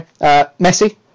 Messi